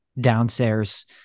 downstairs